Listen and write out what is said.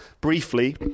briefly